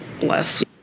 less